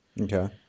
Okay